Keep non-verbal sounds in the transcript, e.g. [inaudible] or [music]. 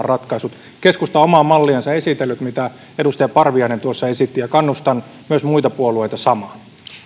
[unintelligible] ratkaisut keskusta on omaa malliansa esitellyt mitä edustaja parviainen tuossa esitti ja kannustan myös muita puolueita samaan